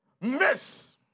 miss